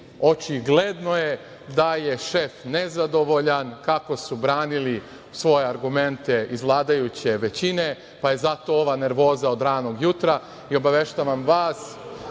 Očigledno je da je šef nezadovoljan kako su branili svoje argumente iz vladajuće većine, pa je zato ova nervoza od ranog jutra. Obaveštavam vas,